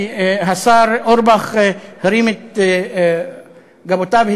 כי השר אורבך הרים את גבותיו,